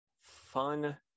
fun